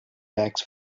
bags